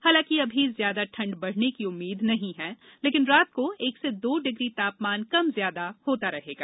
हालांकि अभी ज्यादा ठंड बढ़ने की उम्मीद नहीं है लेकिन रात को एक से दो डिग्री तापमान कम ज्यादा होता रहेगा